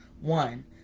One